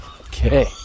Okay